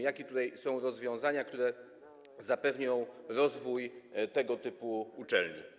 Jakie tutaj są rozwiązania, które zapewnią rozwój tego typu uczelni?